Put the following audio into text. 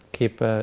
Keep